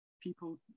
people